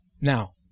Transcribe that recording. Now